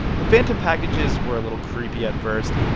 the phantom packages were a little creepy at first,